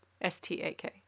S-T-A-K